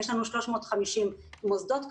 יש לנו 350 מוסדות כאלה,